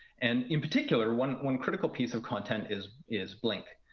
and in particular, one one critical piece of content is is blink.